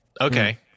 Okay